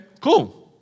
cool